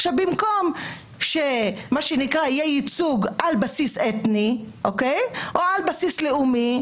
במקום שיהיה ייצוג על בסיס אתני או על בסיס לאומי,